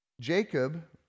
Jacob